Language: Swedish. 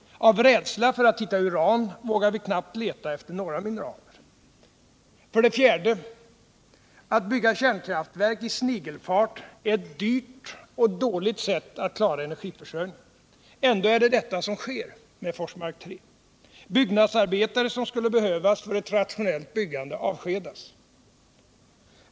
Av rädsla för att hitta uran vågar vi knappt leta efter några mineraler. 4. Att bygga kärnkraftverk i snigelfart är ett dyrt och dåligt sätt att klara energiförsörjningen. Ändå är det detta som sker med Forsmark 3. Byggnadsarbetare som skulle behövas för ett rationellt byggande, avskedas.